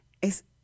Es